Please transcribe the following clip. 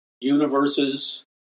universes